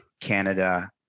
Canada